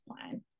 plan